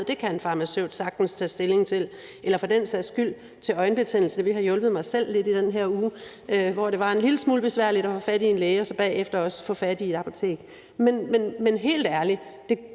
det kan en farmaceut sagtens tage stilling til – eller for den sags skyld i tilfælde af en øjenbetændelse. Det ville have hjulpet mig selv lidt i den her uge, hvor det var en lille smule besværligt at få fat i en læge og så bagefter også at få fat i et apotek. Men helt ærligt: